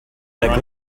that